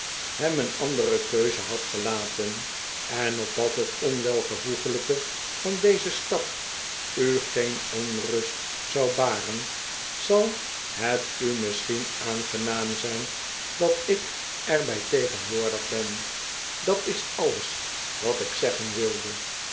hem een andere keuze had gelaten en opdat het onwelvoeglijke van dezen stap u geen onrust zou baren zal het u misschien aangenaam zijn dat ik er bij tegenwoordig ben dat is alles wat ik zeggen wilde